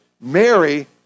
Mary